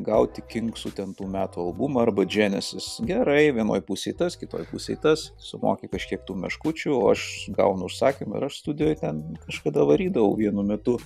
gauti kingsų ten tų metų albumą arba dženesis gerai vienoje pusėje tas kitoje pusėje tas sumoki kažkiek tų meškučių aš gaunu užsakymą ir aš studijoj ten kažkada varydavau vienu metu